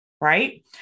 right